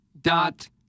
dot